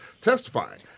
testifying